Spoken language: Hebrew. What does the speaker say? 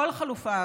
כל חלופה.